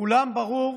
לכולם ברור,